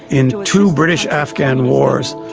in two two british afghan wars,